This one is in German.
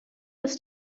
ist